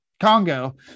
congo